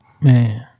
Man